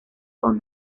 con